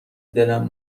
دلم